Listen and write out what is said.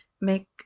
make